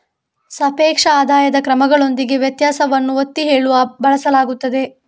ಸಾಪೇಕ್ಷ ಆದಾಯದ ಕ್ರಮಗಳೊಂದಿಗೆ ವ್ಯತ್ಯಾಸವನ್ನು ಒತ್ತಿ ಹೇಳಲು ಬಳಸಲಾಗುತ್ತದೆ